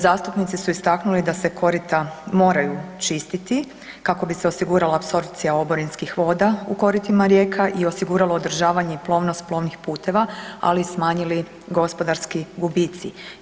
Zastupnici su istaknuli da se korita moraju čistiti kako bi se osigurala apsorpcija oborinskih voda u koritima rijeka i osiguralo održavanje plovnosti plovnih puteva, ali i smanjili gospodarski gubici.